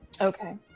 Okay